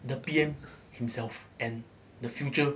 the P_M himself and the future